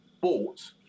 bought